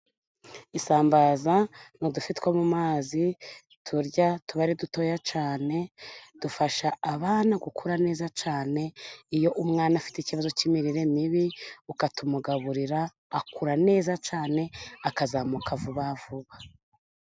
Isambaza n'udufi two mu mazi turya, tuba ari dutoya cyane dufasha abana gukura neza cyane iyo umwana afite ikibazo cy'imirire mibi, ukatumugaburira akura neza cyane akazamuka vuba vuba.